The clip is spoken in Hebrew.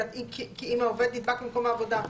כי אם העובד נדבק במקום עבודה,